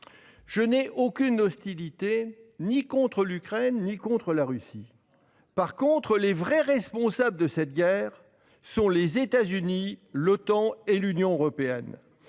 Je n'ai aucune hostilité contre l'Ukraine ni contre la Russie. En revanche, je tiens à dire que les vrais responsables de cette guerre sont les États-Unis, l'Otan et l'Union européenne.